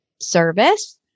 service